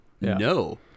No